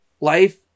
Life